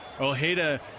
Ojeda